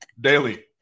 daily